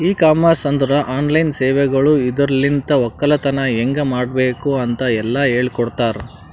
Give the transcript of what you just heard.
E commerce ಅಂದುರ್ online ಸೇವೆಗೊಳ್ ಇದುರಲಿಂತ್ ಒಕ್ಕಲತನ ಹೇಗ್ ಮಾಡ್ಬೇಕ್ ಅಂತ್ ಎಲ್ಲಾ ಹೇಳಕೊಡ್ತಾರ್